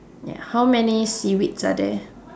ya how many seaweeds are there